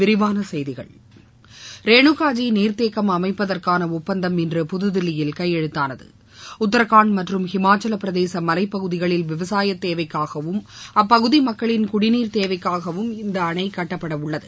விரிவான செய்திகள் ரேணுகாஜி நீர்தேக்கம் அமைப்பதற்கான ஒப்பந்தம் இன்று புதுதில்லியில் கையெழுத்தானது உத்ரகாண்ட் மற்றும் இமாசலப்பிரதேச மலைப் பகுதிகளில் விவசாய தேவைக்காகவும் அப்பகுதி மக்களின் குடிநீர் தேவைக்காகவும் இந்த அணை கட்டப்படவுள்ளது